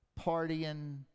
partying